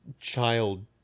child